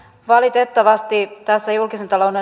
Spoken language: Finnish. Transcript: valitettavasti tässä julkisen talouden